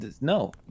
no